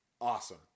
Awesome